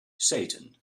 satan